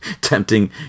Tempting